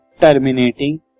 terminating